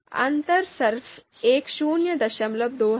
तो अंतर सिर्फ एक 02 है